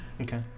Okay